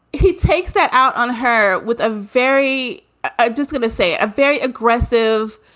he takes that out on her with a very. i'm just got to say, a very aggressive,